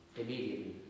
Immediately